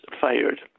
fired